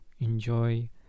enjoy